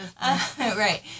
right